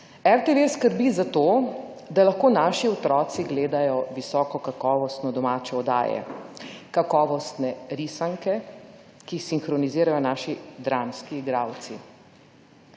RTV skrbi za to, da lahko naši otroci gledajo visokokakovostne domače oddaje, kakovostne risanke, ki jih sinhronizirajo naši dramski igralci,